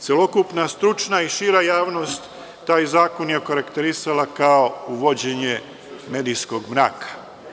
Celokupna stručna i šira javnost taj zakon je okarakterisala kao uvođenje medijskog mraka.